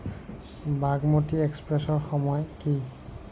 বাগমতী এক্সপ্ৰেছৰ সময় কি